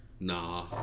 Nah